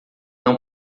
não